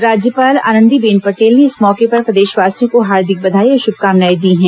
राज्यपाल आनंदीबेन पटेल ने इस मौके पर प्रदेशवासियों को हार्दिक बधाई और शुभकामनाएं दी हैं